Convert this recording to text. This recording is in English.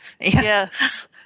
Yes